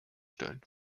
stellen